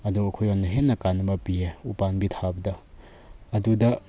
ꯑꯗꯨ ꯑꯩꯈꯣꯏꯉꯣꯟꯗ ꯍꯦꯟꯅ ꯀꯥꯟꯅꯕ ꯄꯤꯌꯦ ꯎꯄꯥꯝꯕꯤ ꯊꯥꯕꯗ ꯑꯗꯨꯗ